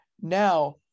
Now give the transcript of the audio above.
Now